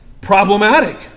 problematic